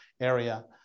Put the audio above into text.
area